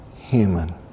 human